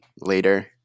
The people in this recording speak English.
later